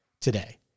today